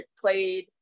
played